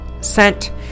sent